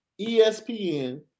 ESPN